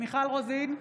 מיכל רוזין,